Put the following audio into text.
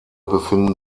befinden